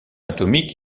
atomique